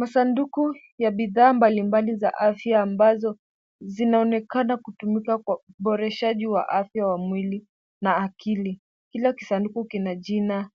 Masanduku ya bidhaa mbalimbali za afya ambazo zinaonekana kutumika kwa uboreshaji wa afya ya mwili na akili, kila kisanduku kina jina